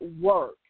work